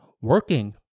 working